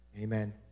amen